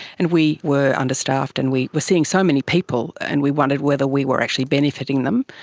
and we were understaffed and we were seeing so many people, and we wondered whether we were actually benefiting them.